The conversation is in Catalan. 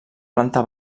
planta